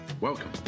welcome